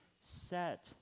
set